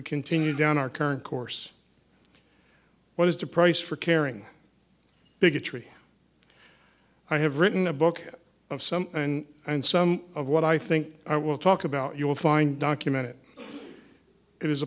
we continue down our current course what is the price for caring bigotry i have written a book of some and some of what i think i will talk about you will find documented it is